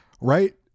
Right